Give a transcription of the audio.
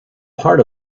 part